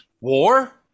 War